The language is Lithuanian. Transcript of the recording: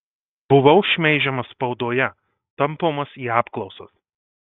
buvau šmeižiamas spaudoje tampomas į apklausas